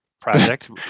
project